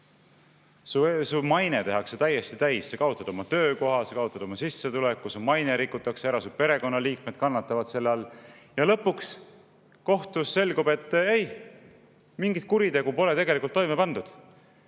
Su maine tehakse täiesti täis, sa kaotad oma töökoha, sa kaotad oma sissetuleku, su maine rikutakse ära, su perekonnaliikmed kannatavad selle all. Ja lõpuks kohtus selgub, et ei, mingit kuritegu pole tegelikult toime pandud.